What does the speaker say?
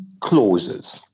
clauses